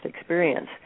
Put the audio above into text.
experience